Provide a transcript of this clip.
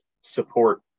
support